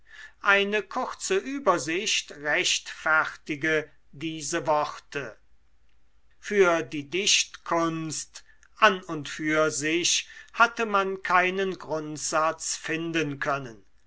eine kurze übersicht rechtfertige diese worte für die dichtkunst an und für sich hatte man keinen grundsatz finden können